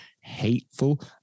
hateful